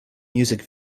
music